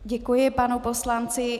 Děkuji panu poslanci.